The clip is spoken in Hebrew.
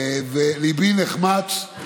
וליבי נחמץ.